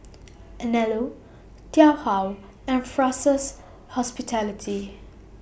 Anello and Fraser's Hospitality